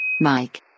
Mike